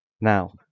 now